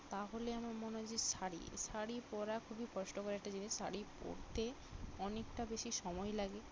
তাহলে আমার মনে হয় যে শাড়ি শাড়ি পরা খুবই কষ্টকর একটা জিনিস শাড়ি পরতে অনেকটা বেশি সময় লাগে